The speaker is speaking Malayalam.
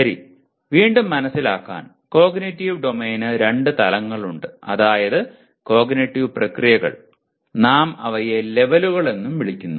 ശരി വീണ്ടും മനസിലാക്കാൻ കോഗ്നിറ്റീവ് ഡൊമെയ്നിന് രണ്ട് തലങ്ങളുണ്ട് അതായത് കോഗ്നിറ്റീവ് പ്രക്രിയകൾ നാം അവയെ ലെവലുകൾ എന്നും വിളിക്കുന്നു